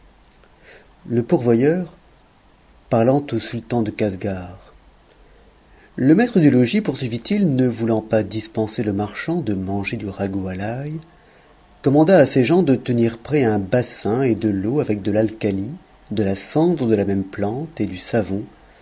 le pourvoyeur parlant au sultan de casgar le maître du logis poursuivit-il ne voulant pas dispenser le marchand de manger du ragoût à l'ail commanda à ses gens de tenir prêts un bassin et de l'eau avec de l'alcali de la cendre de la même plante et du savon